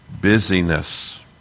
busyness